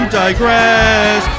digress